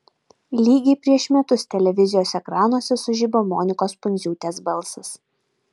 lygiai prieš metus televizijos ekranuose sužibo monikos pundziūtės balsas